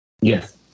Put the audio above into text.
Yes